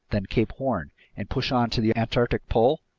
then cape horn, and push on to the antarctic pole?